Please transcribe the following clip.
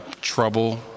trouble